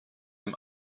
dem